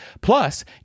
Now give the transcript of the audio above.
Plus